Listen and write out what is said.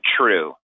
true